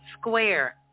square